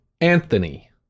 Anthony